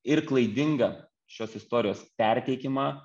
ir klaidinga šios istorijos perteikimą